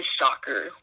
soccer